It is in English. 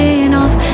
enough